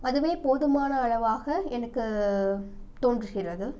அதுவே போதுமான அளவாக எனக்கு தோன்றுகிறது